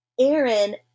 Aaron